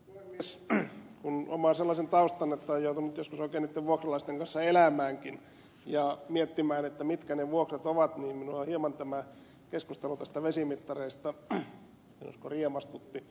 kun omaa sellaisen taustan että on joutunut joskus oikein niitten vuokralaisten kanssa elämäänkin ja miettimään mitkä ne vuokrat ovat niin minua hieman tämä keskustelu näistä vesimittareista sanoisinko riemastutti